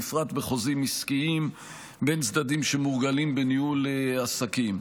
בפרט בחוזים עסקיים בין צדדים שמורגלים בניהול עסקים.